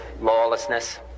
lawlessness